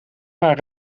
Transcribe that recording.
haar